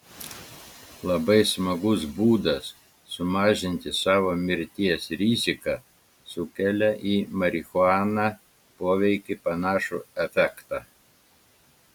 labai smagus būdas sumažinti savo mirties riziką sukelia į marihuaną poveikį panašų efektą